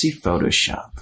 Photoshop